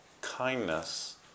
kindness